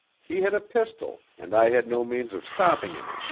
he had a pistol and i had no means of stopping him.